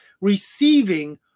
receiving